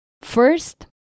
First